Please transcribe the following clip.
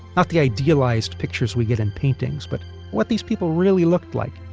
not the idealized pictures we get in paintings, but what these people really looked like.